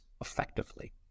effectively